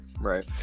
right